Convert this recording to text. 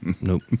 nope